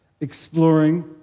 exploring